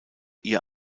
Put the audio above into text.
ihr